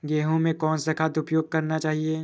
गेहूँ में कौन सा खाद का उपयोग करना चाहिए?